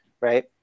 right